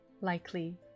likely